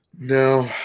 No